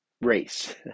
race